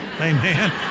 Amen